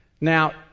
Now